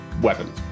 weapon